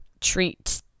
treat